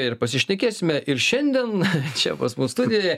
ir pasišnekėsime ir šiandien čia pas mus studijoj